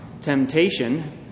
temptation